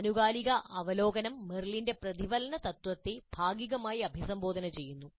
ആനുകാലിക അവലോകനം മെറിലിന്റെ പ്രതിഫലന തത്ത്വത്തെ ഭാഗികമായി അഭിസംബോധന ചെയ്യുന്നു